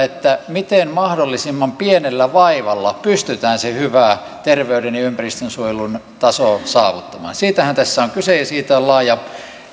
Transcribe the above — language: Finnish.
miten mahdollisimman pienellä vaivalla pystytään se hyvä terveyden ja ympäristönsuojelun taso saavuttamaan siitähän tässä on kyse ja siitä on laaja